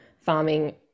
farming